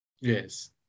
Yes